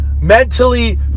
mentally